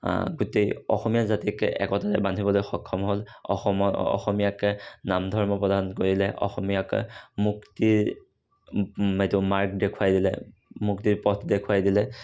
গোটেই অসমীয়া জাতিক একতাৰে বান্ধিবলৈ সক্ষম হ'ল অসমৰ অসমীয়াক নামধৰ্ম প্ৰদান কৰিলে অসমীয়াক মুক্তিৰ এইটো মাৰ্গ দেখুৱাই দিলে মুক্তিৰ পথ দেখুৱাই দিলে